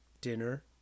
dinner